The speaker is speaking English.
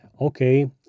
Okay